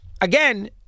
again